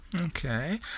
Okay